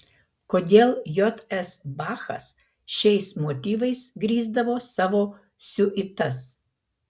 kodėl j s bachas šiais motyvais grįsdavo savo siuitas